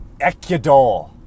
Ecuador